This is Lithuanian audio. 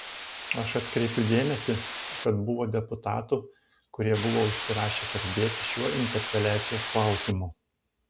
aš atkreipiu dėmesį kad buvo deputatų kurie buvo užsirašę kalbėti šiuo interpeliacijos klausimu